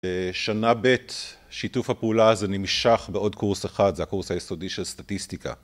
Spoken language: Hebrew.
שנה ב' שיתוף הפעולה הזה נמשך בעוד קורס אחד, זה הקורס היסודי של סטטיסטיקה.